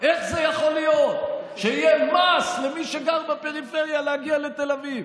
איך יכול להיות שיהיה מס למי שגר בפריפריה להגיע לתל אביב?